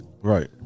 Right